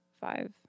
five